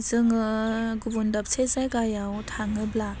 जोङो गुबुन दाबसे जायगाव थाङोब्ला